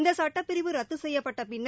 இந்த சுட்டப்பிரிவு ரத்து செய்யப்பட்டபின்னர்